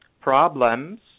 problems